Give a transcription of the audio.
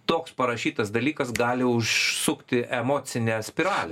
toks parašytas dalykas gali užsukti emocinę spiralę